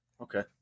Okay